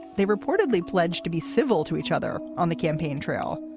they reportedly pledged to be civil to each other on the campaign trail.